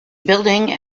building